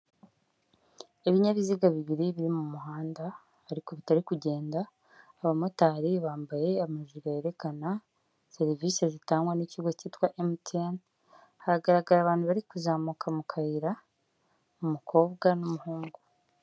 Ibinyabiziga bibiri biri mu muhanda ariko bitari kugenda, abamotari bambaye amajire yerekana serivisi zitangwa n'ikigo cyitwa MTN, haragaragra abantu bari kuzamuka mu kayira, umukobwa n'umuhungu.